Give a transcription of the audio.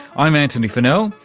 i'm antony funnell,